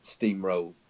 steamroll